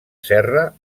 serra